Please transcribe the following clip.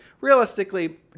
Realistically